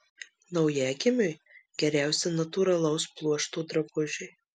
naujagimiui geriausi natūralaus pluošto drabužiai